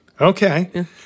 Okay